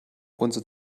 unser